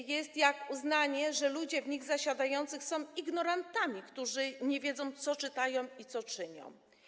Będzie jak uznanie, że ludzie w nich zasiadający są ignorantami, którzy nie wiedzą, co czytają i czynią.